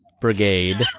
Brigade